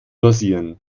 rasieren